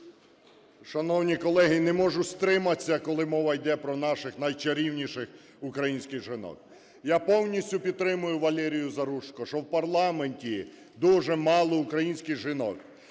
Шановні колеги, не можу стриматися, коли мова йде про наших найчарівніших українських жінок. Я повністю підтримую Валерію Заружко, що в парламенті дуже мало українських жінок.